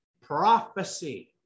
Prophecy